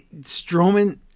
Strowman